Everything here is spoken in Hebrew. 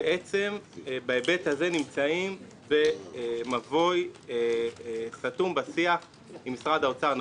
ובהיבט הזה אנחנו נמצאים במבוי סתום בשיח עם משרד האוצר.